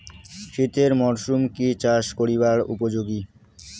শীতের মরসুম কি চাষ করিবার উপযোগী?